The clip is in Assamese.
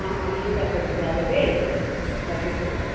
অঁ অঁ ঠিক আছে তেতিয়াহ'লে দেই ৰাখিছোঁ